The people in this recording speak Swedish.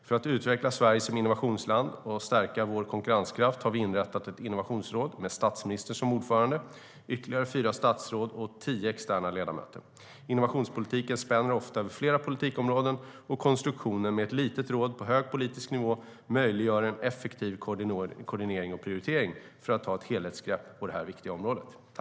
För att utveckla Sverige som innovationsland och stärka vår konkurrenskraft har vi inrättat ett innovationsråd med statsministern som ordförande, ytterligare fyra statsråd och tio externa ledamöter. Innovationspolitiken spänner ofta över flera politikområden. Konstruktionen med ett litet råd på hög politisk nivå möjliggör en effektiv koordinering och prioritering och ett helhetsgrepp på det här viktiga området.